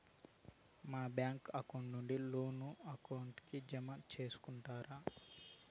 మా bank account నుండి loan account కి జామ సేసుకుంటారా?